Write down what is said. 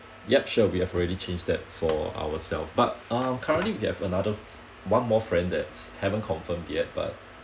yup sure we have already changed that for ourself but uh currently we have another one more friend that's haven't confirmed yet but